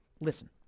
listen